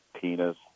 penis